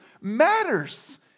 matters